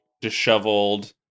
disheveled